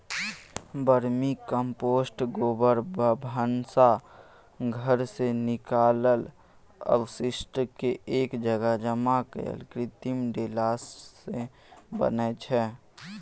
vermicompost गोबर, भनसा घरसँ निकलल अवशिष्टकेँ एक जगह जमा कए कृमि देलासँ बनै छै